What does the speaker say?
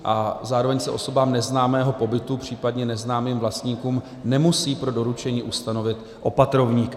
A zároveň se osobám neznámého pobytu, případně neznámým vlastníkům nemusí pro doručení ustanovit opatrovník.